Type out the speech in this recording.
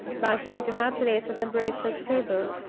bustling to her place at the breakfast-table.